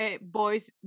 boys